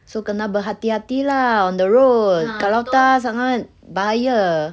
so kena berhati-hati lah on the road kalau tak sangat bahaya